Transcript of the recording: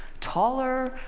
taller,